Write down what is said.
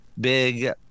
big